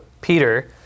Peter